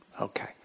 Okay